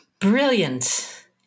Brilliant